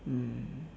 mm